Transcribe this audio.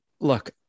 look